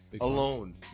alone